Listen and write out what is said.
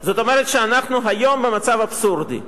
בנושא הזה,